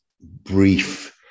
brief